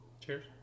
Cheers